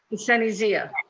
sunny zia?